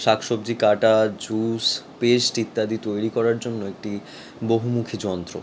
শাক সবজি কাটা জুস পেস্ট ইত্যাদি তৈরি করার জন্য একটি বহুমুখী যন্ত্র